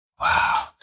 Wow